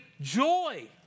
joy